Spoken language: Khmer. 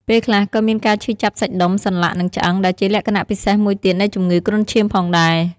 ពេលខ្លះក៏មានការឈឺចាប់សាច់ដុំ សន្លាក់ និងឆ្អឹង ដែលជាលក្ខណៈពិសេសមួយទៀតនៃជំងឺគ្រុនឈាមផងដែរ ។